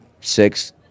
six